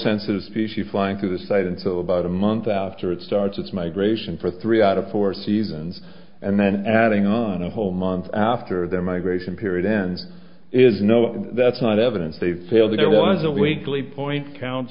sensitive species flying through the site until about a month after it starts its migration for three out of four seasons and then adding on a whole month after their migration period ends is no that's not evidence they've failed there was a weekly point count